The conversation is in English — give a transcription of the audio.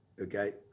Okay